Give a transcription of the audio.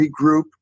regroup